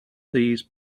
these